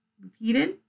repeated